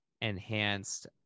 enhanced